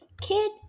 Kid